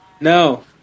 No